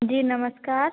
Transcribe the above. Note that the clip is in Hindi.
जी नमस्कार